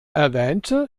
erwähnte